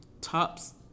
Tops